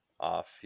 off